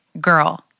girl